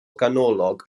ganolog